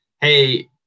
hey